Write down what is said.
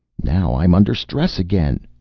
now i'm under stress again,